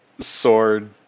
sword